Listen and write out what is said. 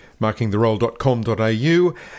markingtherole.com.au